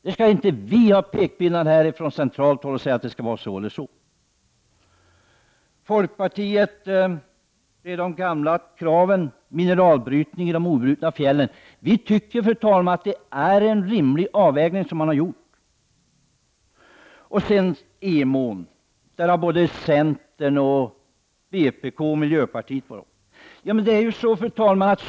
Det skall inte komma några pekpinnar från centralt håll som anger att det skall förhålla sig si eller så. Folkpartiet kommer med de gamla kraven på mineralbrytning i de obrutna fjällområdena. Vi anser att den avvägning som har gjorts är rimlig. Centern, vpk och miljöpartiet har tagit upp frågan om Emån.